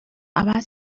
ابد